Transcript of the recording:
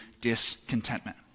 discontentment